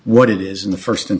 what it is in the first in